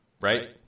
right